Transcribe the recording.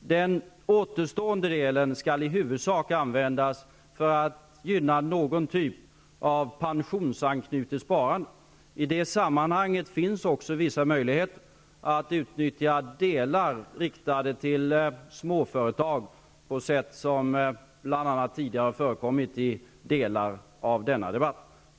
Den återstående delen skall i huvudsak användas för att gynna någon typ av pensionsanknutet sparande. I det sammanhanget finns det också vissa möjligheter att utnyttja delar riktade till småföretag, såsom bl.a. tidigare har förekommit i delar av denna debatt.